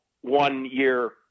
one-year